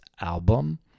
Album